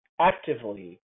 actively